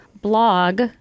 blog